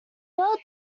world